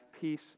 peace